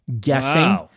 guessing